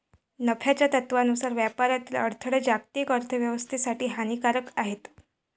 नफ्याच्या तत्त्वानुसार व्यापारातील अडथळे जागतिक अर्थ व्यवस्थेसाठी हानिकारक आहेत